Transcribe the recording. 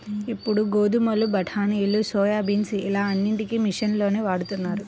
ఇప్పుడు గోధుమలు, బఠానీలు, సోయాబీన్స్ ఇలా అన్నిటికీ మిషన్లనే వాడుతున్నారు